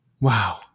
Wow